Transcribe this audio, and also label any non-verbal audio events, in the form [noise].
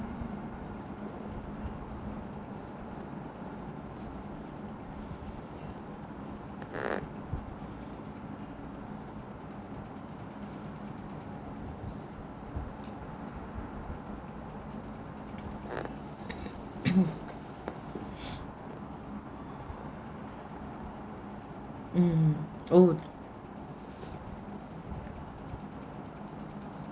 [coughs] um oo